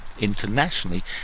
internationally